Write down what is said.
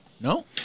No